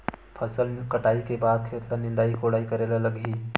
फसल कटाई के बाद खेत ल निंदाई कोडाई करेला लगही?